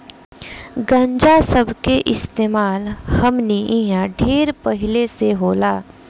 गांजा सब के इस्तेमाल हमनी इन्हा ढेर पहिले से होला